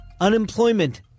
Unemployment